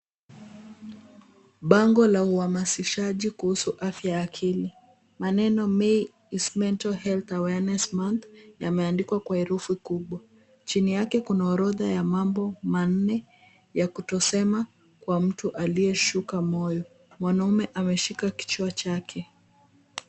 Bango la uhamasishaji kuhusu afya ya akili. Maneno May Is Mental Health Awareness Month yameandikwa kwa herufi kubwa. Chini yake kuna orodha ya mambo manne ya kutosema kwa mtu aliyeshuka moyo. Mwanaume ameshika kichwa chake.